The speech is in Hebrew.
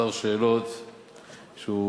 כמה שאלות שהוא